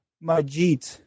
Majid